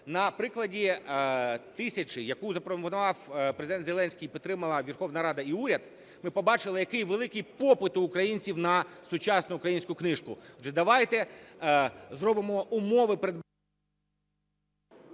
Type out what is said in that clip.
на прикладі тисячі, яку запропонував Президент Зеленський, підтримала Верховна Рада і уряд, ми побачили, який великий попит у українців на сучасну українську книжку.